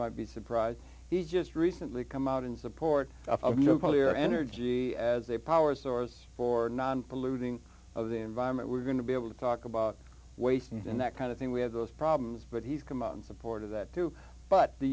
might be surprised he just recently come out in support of nuclear energy as a power source for non polluting of the environment we're going to be able to talk about waste and that kind of thing we have those problems but he's come out in support of that too but the